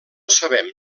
sabem